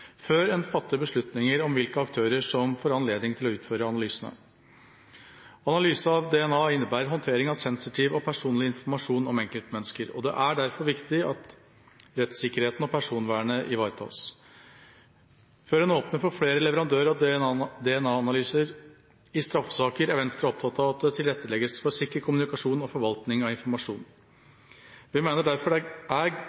før en fatter beslutninger om hvilke aktører som får anledning til å utføre analysene. Analyse av DNA innebærer håndtering av sensitiv og personlig informasjon om enkeltmennesker. Det er derfor viktig at rettssikkerheten og personvernet ivaretas. Før en åpner for flere leverandører av DNA-analyser i straffesaker, er Venstre opptatt av at det tilrettelegges for sikker kommunikasjon og forvaltning av informasjon.